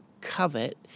covet